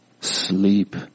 sleep